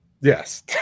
Yes